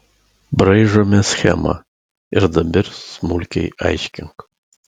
braižome schemą ir dabar smulkiai aiškink